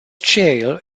jail